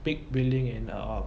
big building and uh